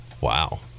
Wow